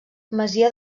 masia